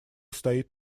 стоит